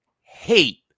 hate